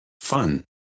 fun